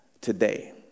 Today